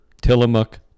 Tillamook